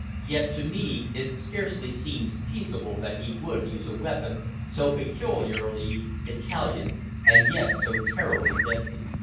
yet to me it scarcely seemed feasible that he would use a weapon so peculiarly italian and yet so terribly deadly.